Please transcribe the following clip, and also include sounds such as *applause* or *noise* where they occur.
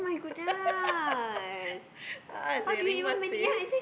*laughs* a'ah seh rimas seh